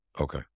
okay